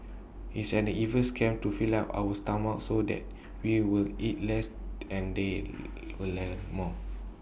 it's an evil scam to fill up our stomachs so that we will eat less and they'll learn more